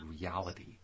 reality